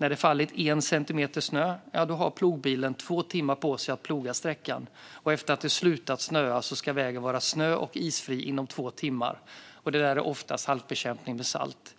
När det har fallit en centimeter snö har plogbilen två timmar på sig att ploga sträckan. Efter att det har slutat snöa ska vägen vara snö och isfri inom två timmar. Det är oftast halkbekämpning med salt.